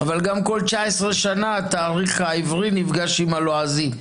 אבל גם כל 19 שנה התאריך העברי נפגש עם הלועזי.